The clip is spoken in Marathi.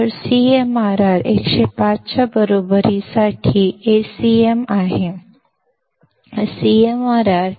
तर CMRR 105 च्या बरोबरीसाठी Acm समान आहे